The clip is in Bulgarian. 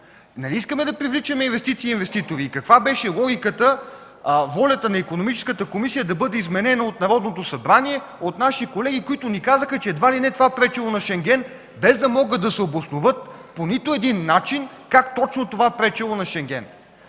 Нали искаме да привличаме инвестиции и инвеститори? Каква беше логиката – волята на Икономическата комисия да бъде изменена от Народното събрание от наши колеги, които ни казаха, че едва ли не това пречело на Шенген, без да могат да се обосноват по нито един начин как точно това пречело на Шенген?